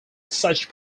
such